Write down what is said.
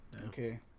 Okay